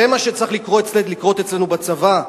זה מה שצריך לקרות אצלנו בצבא?